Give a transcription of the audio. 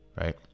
right